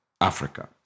Africa